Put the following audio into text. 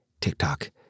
TikTok